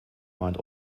meint